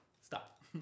Stop